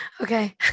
Okay